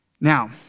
Now